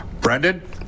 Brendan